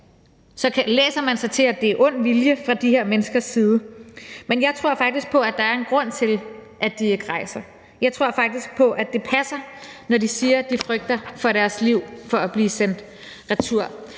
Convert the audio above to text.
læser man sig til, at det er ond vilje fra de her menneskers side, men jeg tror faktisk på, at der er en grund til, at de ikke rejser. Jeg tror faktisk på, at det passer, når de siger, at de frygter for deres liv, hvis de bliver sendt retur.